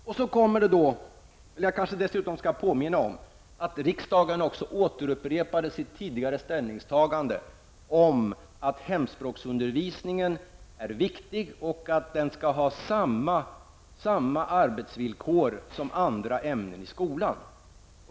Dessutom skall jag kanske påminna om att riksdagen återupprepade sitt tidigare ställningstagande att hemspråksundervisningen är viktig och skall ha samma arbetsvillkor som andra ämnen i skolan.